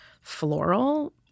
floral